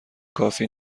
کافی